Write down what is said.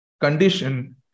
condition